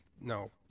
no